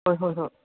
ꯍꯣꯏ ꯍꯣꯏ ꯍꯣꯏ